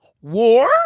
War